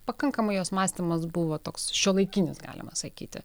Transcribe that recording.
pakankamai jos mąstymas buvo toks šiuolaikinis galima sakyti